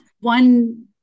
one